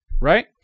Right